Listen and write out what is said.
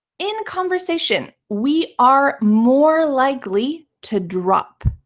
in conversation, we are more likely to drop